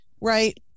right